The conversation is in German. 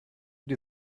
die